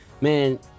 man